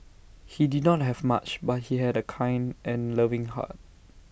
he did not have much but he had A kind and loving heart